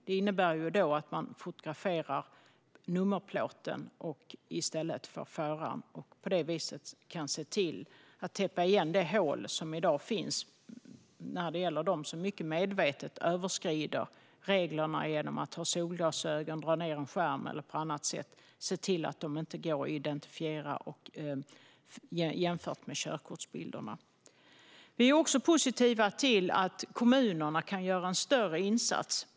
Det innebär att man fotograferar nummerplåten i stället för föraren och på det viset kan se till att täppa igen de hål som i dag finns när det gäller dem som mycket medvetet överskrider reglerna genom att ha solglasögon, dra ned en skärm eller på annat sätt se till att de inte går att identifiera vid en jämförelse med körkortsbilderna. Vi är också positiva till att kommunerna kan göra en större insats.